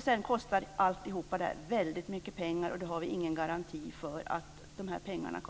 Sedan kostar allt mycket pengar, och vi har ingen garanti för att pengarna